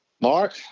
Mark